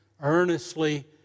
earnestly